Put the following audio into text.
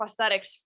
prosthetics